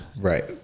right